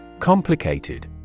Complicated